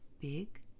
Big